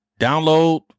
download